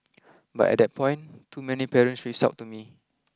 but at that point too many parents reached out to me